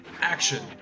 ACTION